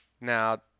Now